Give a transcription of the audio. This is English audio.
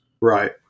Right